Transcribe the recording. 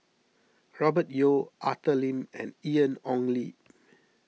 Robert Yeo Arthur Lim and Ian Ong Li